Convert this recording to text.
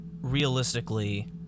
realistically